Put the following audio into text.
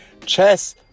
chess